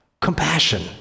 compassion